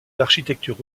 l’architecture